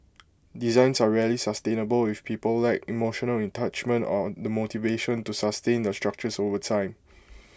designs are rarely sustainable if people lack emotional attachment or the motivation to sustain the structures over time